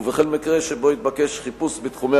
ובכל מקרה שבו יתבקש חיפוש בתחומי